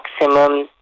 maximum